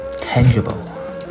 tangible